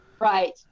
Right